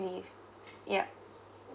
leave yup